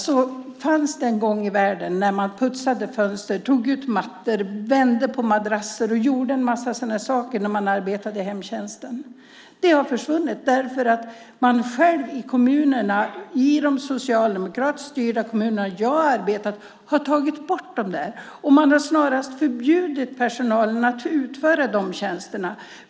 Det fanns en gång i världen en tid då man putsade fönster, tog ut mattor, vände på madrasser och gjorde en massa sådana saker när man arbetade inom hemtjänsten. Det har försvunnit därför att man i kommunerna, i de socialdemokratiskt styrda kommuner där jag har arbetat, har tagit bort dem. Man har snarast förbjudit personalen att utföra de tjänsterna.